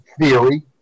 theory